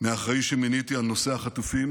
מהאחראי שמיניתי לנושא החטופים,